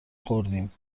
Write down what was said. خوردیم